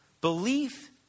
Belief